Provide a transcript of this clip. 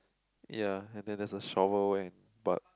ya and then there's a shower wear but